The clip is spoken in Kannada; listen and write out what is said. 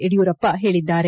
ಯಡಿಯೂರಪ್ಪ ಹೇಳಿದ್ದಾರೆ